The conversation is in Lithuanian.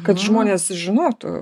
kad žmonės žinotų